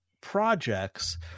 projects